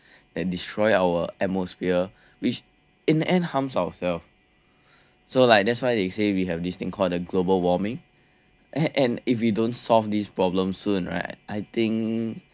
that destroy our atmosphere which in the end harms ourselves so like that's why they say we have this thing called the global warming and and if you don't solve this problem soon right I think